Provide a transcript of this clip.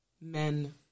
men